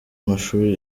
mashuri